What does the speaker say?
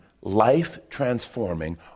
life-transforming